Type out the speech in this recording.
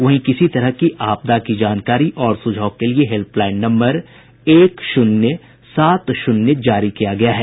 वहीं किसी तरह की आपदा की जानकारी और सुझाव के लिये हेल्पलाईन नम्बर एक शून्य सात शून्य जारी किया गया है